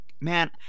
man